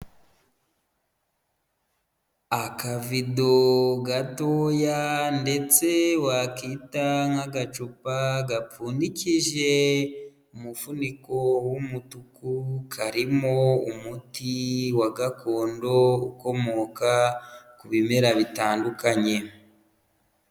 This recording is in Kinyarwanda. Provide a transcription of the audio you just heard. Akavido gatoya ndetse wakita nk'agacupa gapfundikije umuvuniko w'umutuku, karimo umuti wa gakondo, ukomoka ku bimera bitandukanye.